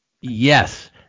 Yes